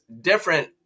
different